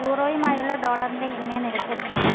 യൂറോയുമായുള്ള ഡോളറിന്റെ വിനിമയ നിരക്ക് എത്രയാണ്